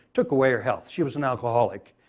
took away her health. she was an alcoholic,